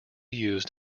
used